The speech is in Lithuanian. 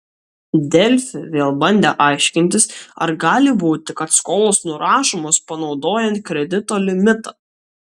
delfi vėl bandė aiškintis ar gali būti kad skolos nurašomos panaudojant kredito limitą